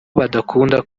badakunda